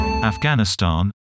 Afghanistan